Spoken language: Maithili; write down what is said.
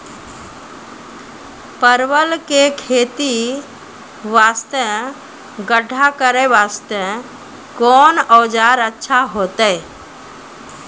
परवल के खेती वास्ते गड्ढा करे वास्ते कोंन औजार अच्छा होइतै?